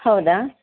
ಹೌದಾ